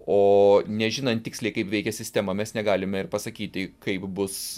o nežinant tiksliai kaip veikia sistema mes negalime ir pasakyti kaip bus